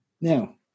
now